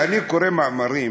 כשאני קורא מאמרים,